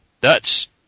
Dutch